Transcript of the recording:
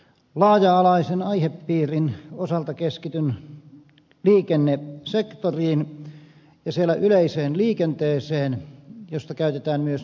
laaja alaisen aihepiirin osalta keskityn liikennesektoriin ja siellä yleiseen liikenteeseen josta käytetään myös nimitystä joukkoliikenne